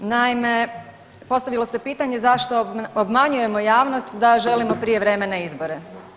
Naime, postavilo se pitanje zašto obmanjujemo javnost da želimo prijevremene izbore.